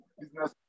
business